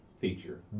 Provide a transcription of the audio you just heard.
feature